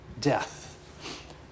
death